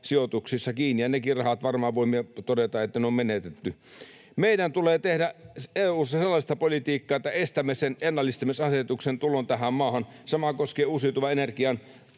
sijoituksissa kiinni, ja niistäkin rahoista varmaan voimme todeta, että ne on menetetty. Meidän tulee tehdä EU:ssa sellaista politiikkaa, että estämme sen ennallistamisasetuksen tulon tähän maahan. Sama koskee uusiutuvan energian